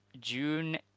June